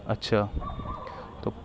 اچھا تو